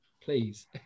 please